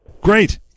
Great